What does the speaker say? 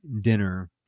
dinner